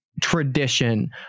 tradition